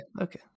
Okay